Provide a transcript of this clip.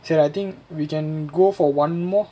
so I think we can go for one more